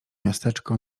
miasteczko